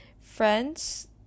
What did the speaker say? friends